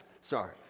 Sorry